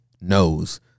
knows